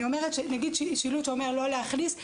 נגיד ששילוט אומר לא להכניס,